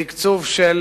בתקצוב של